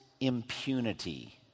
impunity